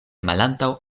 malantaŭ